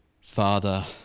Father